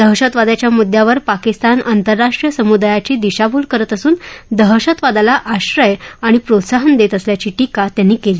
दहशतवाद्याच्या मुद्द्यावर पाकिस्तान आंतरराष्ट्रीय समुदायाची दिशाभूल करत असून दहशतवादाला आश्रय आणि प्रोत्साहन देत असल्याची टीका त्यांनी केली